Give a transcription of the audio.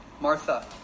Martha